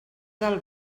del